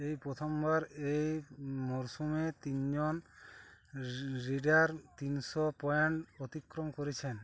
এই প্রথমবার এই মরশুমে তিনজন রি রিডার তিনশো পয়েন্ট অতিক্রম করেছেন